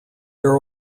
are